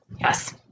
Yes